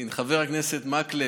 חבר הכנסת מקלב,